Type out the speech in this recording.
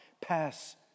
pass